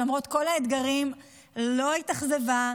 שלמרות כל האתגרים לא התאכזבה,